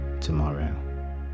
tomorrow